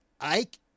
Ike